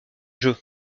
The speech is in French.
jeu